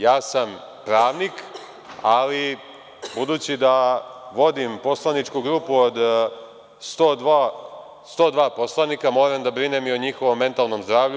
Ja sam pravnik, ali budući da vodim poslaničku grupu od 102 poslanika, moram da brinem i o njihovom mentalnom zdravlju.